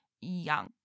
young